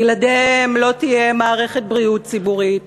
בלעדיהם לא תהיה מערכת בריאות ציבורית